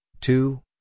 two